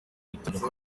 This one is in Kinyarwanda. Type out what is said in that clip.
bitangira